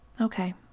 Okay